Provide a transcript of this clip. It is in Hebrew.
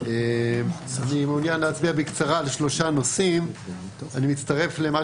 אני מעוניין להצביע בקצרה על שלושה נושאים: אני מצטרף לגבי